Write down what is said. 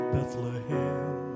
Bethlehem